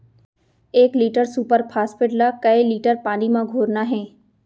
एक litre super phosphate ला कए लीटर पानी मा घोरना हे?